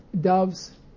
doves